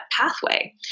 pathway